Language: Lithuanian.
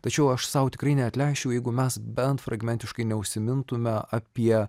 tačiau aš sau tikrai neatleisčiau jeigu mes bent fragmentiškai neužsimintume apie